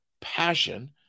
passion